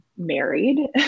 married